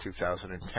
2010